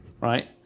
right